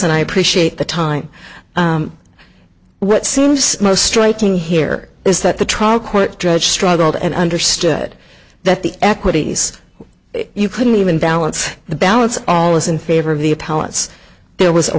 and i appreciate the time what seems most striking here is that the trial court judge struggled and understood that the equities you couldn't even balance the balance all is in favor of the